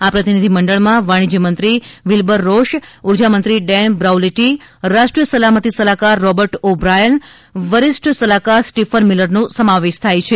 આ પ્રતિનિધિ મંડળમાં વાણિજ્યમંત્રી વિલ્બર રોશ ઉર્જામંત્રી ડેન બ્રાઉલેટી રાષ્ટ્રીય સલામતી સલાહકાર રોબર્ટ ઓ બ્રાયન વરિષ્ઠ સલાહકાર સ્ટિફન મિલરનો સમાવેશ થાય છે